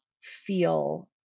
feel